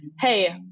hey